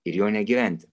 ir jo negyventi